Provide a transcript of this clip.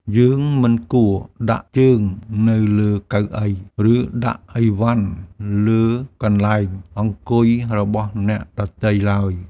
យើងមិនគួរដាក់ជើងនៅលើកៅអី ឬដាក់អីវ៉ាន់លើកន្លែងអង្គុយរបស់អ្នកដទៃឡើយ។